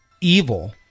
Evil